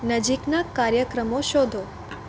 નજીકના કાર્યક્રમો શોધો